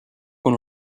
con